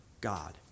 God